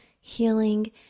healing